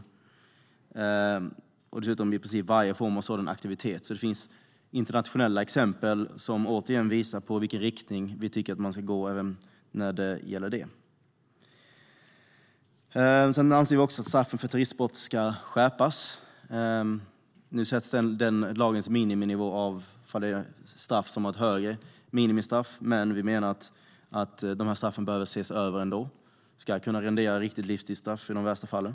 Dessutom gäller det i princip varje form av sådan aktivitet. Det finns internationella exempel som återigen visar på i vilken riktning vi tycker att man ska gå även när det gäller detta. Vi anser att straffen för terroristbrott ska skärpas. Nu sätts lagens miniminivå av ett straff som är ett högre minimistraff, men vi menar att straffen behöver ses över ändå. Det ska kunna rendera riktigt livstidsstraff i de värsta fallen.